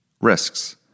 Risks